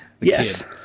Yes